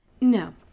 No